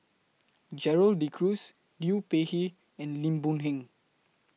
Gerald De Cruz Liu Peihe and Lim Boon Heng